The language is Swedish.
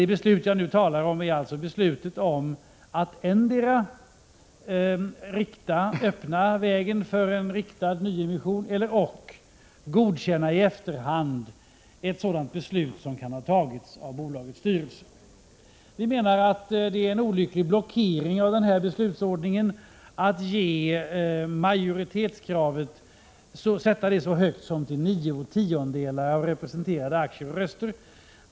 Det beslut jag nu talar om är alltså beslutet om att antingen öppna vägen för en riktad nyemission eller också i efterhand godkänna ett sådant beslut som kan ha fattats av bolagets styrelse. Vi menar att det är en olycklig blockering i denna beslutsordning att sätta majoritetskravet så högt som till nio tiondelar av representerade aktier och avgivna röster.